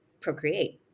procreate